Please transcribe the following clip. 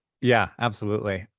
yeah, absolutely.